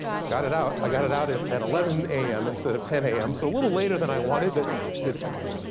got it out. i got it out at eleven a m. instead of ten a m. so a little later than i wanted, but it's fine.